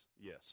Yes